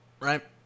right